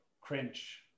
cringe